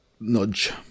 nudge